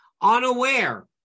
unaware